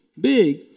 big